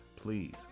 Please